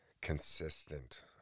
consistent